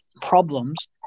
problems